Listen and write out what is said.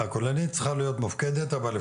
אנחנו נדחוף את זה ואני מקווה שנוכל להפקיד את זה,